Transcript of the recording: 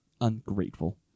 Ungrateful